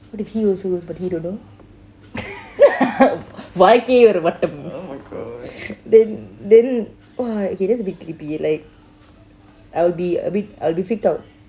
then he also ghost but he don't know then then !wah! okay that's a bit creepy like I wil be a bit I'll be freaked out